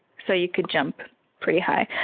so you could jump pretty high.